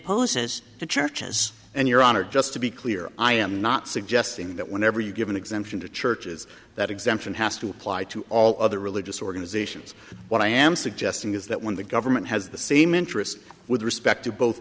poses to churches and your honor just to be clear i am not suggesting that whenever you give an exemption to churches that exemption has to apply to all other religious organizations what i am suggesting is that when the government has the same interest with respect to both